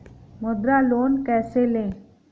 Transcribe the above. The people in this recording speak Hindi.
मुद्रा लोन कैसे ले?